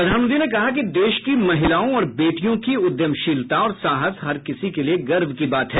प्रधानमंत्री ने कहा कि देश की महिलाओं और बेटियों की उद्यमशीलता और साहस हर किसी के लिए गर्व की बात है